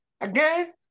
again